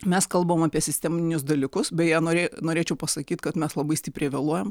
mes kalbam apie sisteminius dalykus beje norė norėčiau pasakyti kad mes labai stipriai vėluojam